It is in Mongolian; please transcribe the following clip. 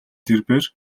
тэрбээр